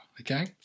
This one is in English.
Okay